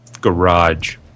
garage